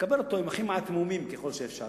נקבל אותו עם הכי מעט מומים, ככל שאפשר.